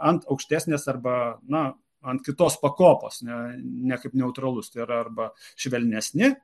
ant aukštesnės arba na ant kitos pakopos ne ne kaip neutralus tai yra arba švelnesni